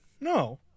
No